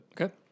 Okay